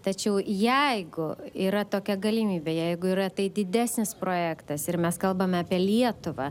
tačiau jeigu yra tokia galimybė jeigu yra tai didesnis projektas ir mes kalbame apie lietuvą